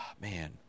man